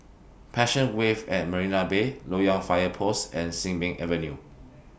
Passion Wave At Marina Bay Loyang Fire Post and Sin Ming Avenue